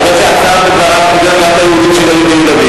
הוא לא מאפשר ליהודים להיכנס בין ערבים.